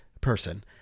person